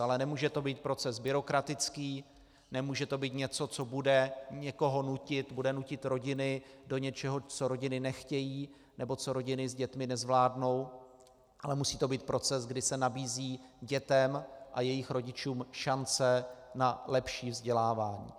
Ale nemůže to být proces byrokratický, nemůže to být něco, co bude někoho nutit, bude nutit rodiny do něčeho, co rodiny nechtějí nebo co rodiny s dětmi nezvládnou, ale musí to být proces, kdy se nabízí dětem a jejich rodičům šance na lepší vzdělávání.